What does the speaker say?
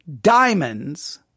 diamonds